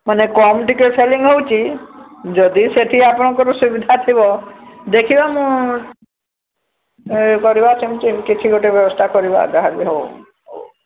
ମାନେ କମ ଟିକେ ସେଲିଙ୍ଗ୍ ହେଉଛି ଯଦି ସେଠି ଆପଣଙ୍କର ସୁବିଧା ଥିବ ଦେଖିବା ମୁଁ କରିବା ସେମତି କିଛି ଗୋଟେ ବ୍ୟବସ୍ଥା କରିବା ଯାହା ବି ହେବ ହେଉ